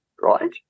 right